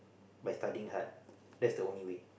by studying hard that's the only way